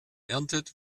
erntet